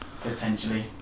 potentially